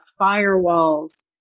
firewalls